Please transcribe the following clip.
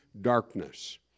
darkness